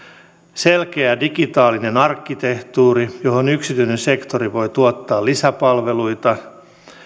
selkeä digitaalinen arkkitehtuuri johon yksityinen sektori voi tuottaa lisäpalveluita